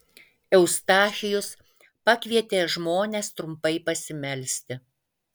eustachijus pakvietė žmones trumpai pasimelsti